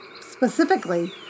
specifically